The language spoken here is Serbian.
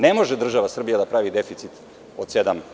Ne može država Srbija da pravi deficit od 7%